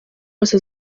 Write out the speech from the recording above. wose